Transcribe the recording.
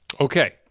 Okay